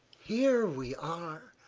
here we are,